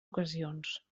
ocasions